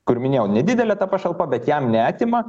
kur minėjau nedidelė ta pašalpa bet jam neatima